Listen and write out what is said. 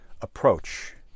approach